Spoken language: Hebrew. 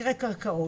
הסיקרי קרקעות,